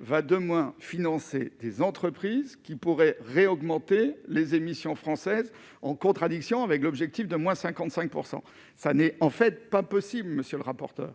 va de moins financer des entreprises qui pourraient réaugmenter les émissions françaises en contradiction avec l'objectif de moins 55 % ça n'est en fait pas possible monsieur le rapporteur,